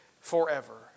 forever